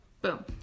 Boom